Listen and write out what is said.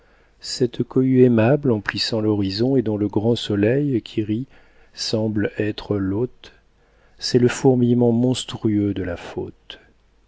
cette cohue aimable emplissant l'horizon et dont le grand soleil qui rit semble être l'hôte c'est le fourmillement monstrueux de la faute